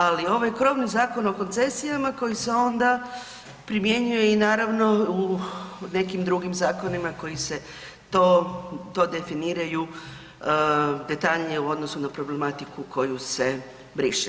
Ali ovaj krovni Zakon o koncesijama koji se onda primjenjuje i naravno u nekim drugim zakonima koji se to definiraju detaljnije u odnosu na problematiku koju se briše.